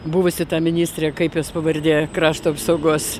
buvusi ministrė kaip jos pavardė krašto apsaugos